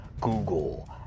google